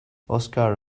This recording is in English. oscar